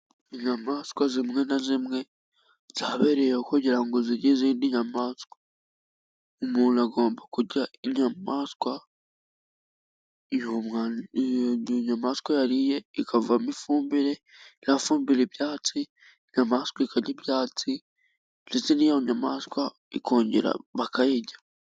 Inyamaswa zimwe na zimwe zabereye kugira ngo zirye izindi nyamaswa. Umuntu agomba kurya inyamaswa ,iyo nyamaswa yariye ikavamo ifumbire irafumbira ibyatsi ,inyamaswa ikarya ibyatsi ndetse n'iyo nyamaswa bakongera bakayirya.